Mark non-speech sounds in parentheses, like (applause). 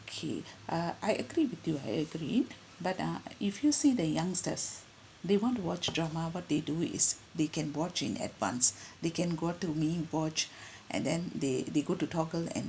okay (breath) uh I agree with you I agree but uh if you see the youngsters they want to watch drama what they do is they can watch in advance (breath) they can go to mewatch (breath) and then they they go to toggle and